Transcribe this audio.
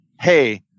hey